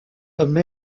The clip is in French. comme